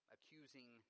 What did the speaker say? accusing